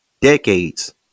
decades